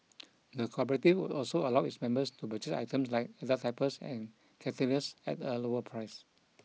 the cooperative would also allow its members to purchase items like adult diapers and catheters at a lower price